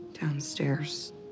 downstairs